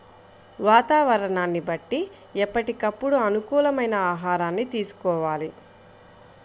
వాతావరణాన్ని బట్టి ఎప్పటికప్పుడు అనుకూలమైన ఆహారాన్ని తీసుకోవాలి